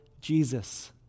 Jesus